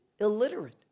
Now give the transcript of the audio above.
illiterate